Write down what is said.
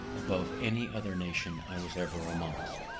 above any other nation i was ever amongst.